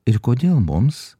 ir kodėl mums